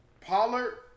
Pollard